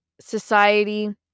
society